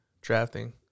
Drafting